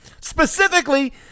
Specifically